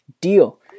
Deal